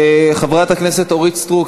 חברת הכנסת אורית סטרוק,